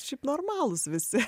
šiaip normalūs visi